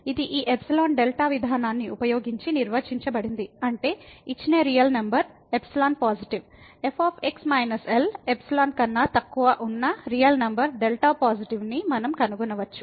ఇది ఈ epsilon delta విధానాన్ని ఉపయోగించి నిర్వచించబడింది అంటే ఇచ్చిన real number epsilon positive f minus L epsilon కన్నా తక్కువ ఉన్న రియల్ నంబర్ డెల్టా పాజిటివ్ను మనం కనుగొనవచ్చు